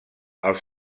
als